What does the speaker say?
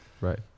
Right